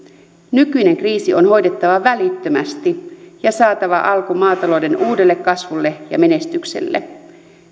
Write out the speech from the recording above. nykyinen kriisi on hoidettava välittömästi ja saatava alku maatalouden uudelle kasvulla ja menestykselle